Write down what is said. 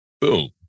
Boom